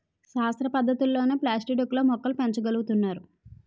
శాస్త్ర పద్ధతులతోనే ప్లాస్టిక్ డొక్కు లో మొక్కలు పెంచ గలుగుతున్నారు